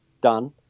done